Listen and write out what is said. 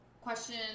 question